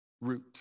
Root